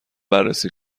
بررسی